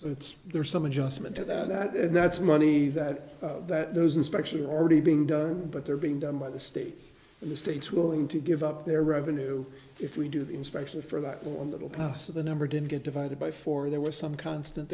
so it's there's some adjustment to that and that's money that that those inspections are already being done but they're being done by the state and the states willing to give up their revenue if we do the inspection for that one little pass of the number didn't get divided by four there were some constant